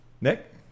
Nick